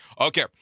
Okay